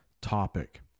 topic